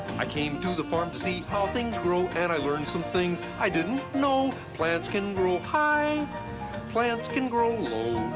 i came to the farm to see how things grow and i learned some things i didn't know plants can grow high plants can grow low